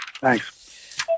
Thanks